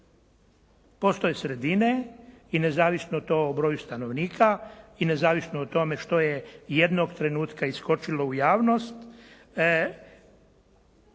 Postoje sredine i nezavisno to o broju stanovnika, i nezavisno o tome što je jednog trenutka iskočilo u javnost,